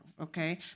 okay